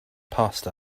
passed